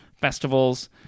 festivals